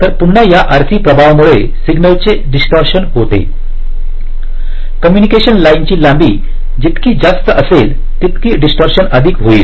तर पुन्हा या RC प्रभावामुळे सिग्नलचे डीसटॉर्शण होते कम्युनिकेशन लाईन ची लांबी जितकी जास्त असेल तितकी डीसटॉर्शण अधिक होईल